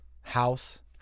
house